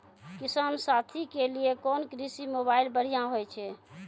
किसान साथी के लिए कोन कृषि मोबाइल बढ़िया होय छै?